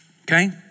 Okay